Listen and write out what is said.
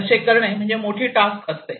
तसे करणे म्हणजे मोठी टास्क असते